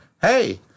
hey